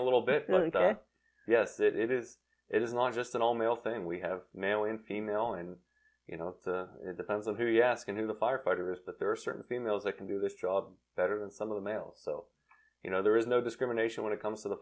a little bit yes that is it is not just an all male thing we have male and female and you know it depends on who you ask who the firefighter is that there are certain females that can do this job better than some of the males so you know there is no discrimination when it comes to the